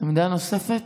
עמדה נוספת.